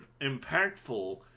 impactful